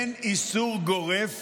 אין איסור גורף